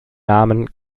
namen